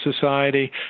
society